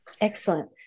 Excellent